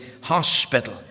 Hospital